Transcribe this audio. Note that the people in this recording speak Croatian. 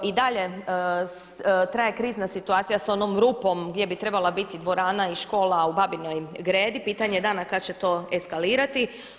I dalje traje krizna situacija s onom rupom gdje bi trebala biti dvorana i škola u Babinoj Gredi, pitanje je dana kada će to eskalirati.